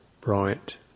bright